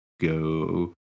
go